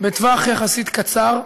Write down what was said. בטווח יחסית קצר,